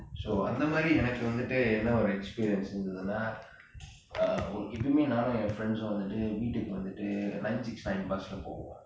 so அந்த மாதிரி எனக்கு வந்துட்டு என்ன ஒறு:antha maathiri enakku vanthuttu enna oru experience இருந்ததுனா:irunthathunaa uh எப்போமே நானும் என்:eppome naanum yen friends வந்துட்டு வீட்டுக்கு:vanthuttu veetukku vanthuttu lunch nine two seven bus போவோம்:povom